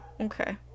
okay